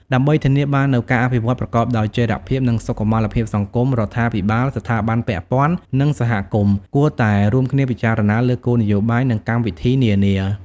ដើម្បីធានាបាននូវការអភិវឌ្ឍប្រកបដោយចីរភាព និងសុខុមាលភាពសង្គម រដ្ឋាភិបាល ស្ថាប័នពាក់ព័ន្ធ និងសហគមន៍ គួរតែរួមគ្នាពិចារណាលើគោលនយោបាយ និងកម្មវិធីនានា។